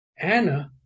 Anna